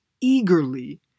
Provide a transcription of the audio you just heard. eagerly